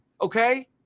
okay